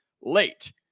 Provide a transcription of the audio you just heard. late